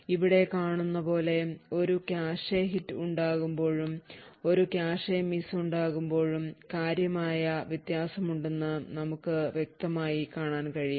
ഇവിടെ കാണുന്നപോലെ ഒരു കാഷെ ഹിറ്റ് ഉണ്ടാകുമ്പോഴും ഒരു കാഷെ മിസ് ഉണ്ടാകുമ്പോഴും കാര്യമായ വ്യത്യാസമുണ്ടെന്ന് നമുക്ക് വ്യക്തമായി കാണാൻ കഴിയും